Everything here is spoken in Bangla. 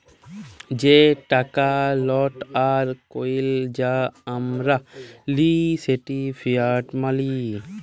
যে টাকা লট আর কইল যা আমরা লিই সেট ফিয়াট মালি